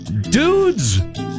dudes